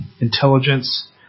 intelligence